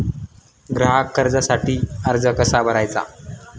ग्राहक कर्जासाठीचा अर्ज कसा भरायचा?